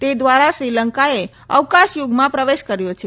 તે દ્વારા શ્રીલંકાએ અવકાશયુગમાં પ્રવેશ કર્યો છે